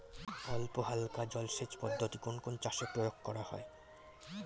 অল্পহালকা জলসেচ পদ্ধতি কোন কোন চাষে প্রয়োগ করা হয়?